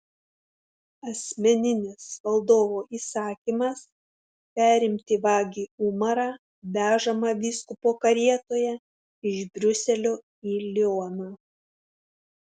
asmeninis valdovo įsakymas perimti vagį umarą vežamą vyskupo karietoje iš briuselio į lioną